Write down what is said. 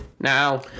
now